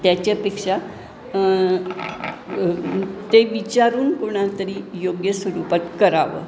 त्याच्यापेक्षा ते विचारून कोणातरी योग्य स्वरूपात करावं